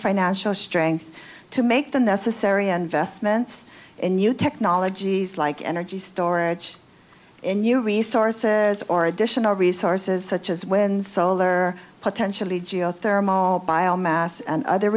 financial strength to make the necessary investments in new technologies like energy storage and new resources or additional resources such as wind solar potentially geothermal